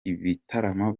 ibitaramo